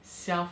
self